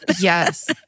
Yes